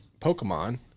Pokemon